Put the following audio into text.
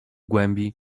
głębi